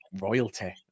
royalty